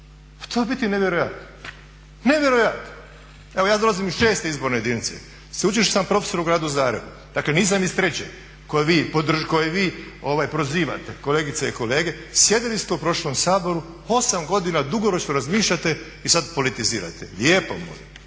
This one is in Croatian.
to je u biti nevjerojatno! Evo ja dolazim iz 6. izborne jedinice, sveučilišni sam prof. u Gradu Zagrebu, dakle nisam iz 3. izborne jedinice koju vi prozivate, kolegice i kolege sjedili ste u prošlom Saboru, 8 godina dugoročno razmišljate i sad politizirate. Lijepo molim,